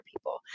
people